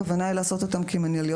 הכוונה היא לעשות אותן כמינהליות,